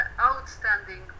outstanding